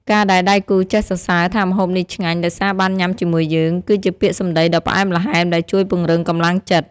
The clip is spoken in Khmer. ការដែលដៃគូចេះសរសើរថាម្ហូបនេះឆ្ងាញ់ដោយសារបានញ៉ាំជាមួយយើង គឺជាពាក្យសម្ដីដ៏ផ្អែមល្ហែមដែលជួយពង្រឹងកម្លាំងចិត្ត។